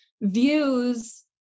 views